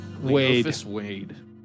Wade